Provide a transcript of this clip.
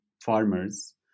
farmers